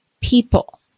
people